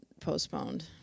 postponed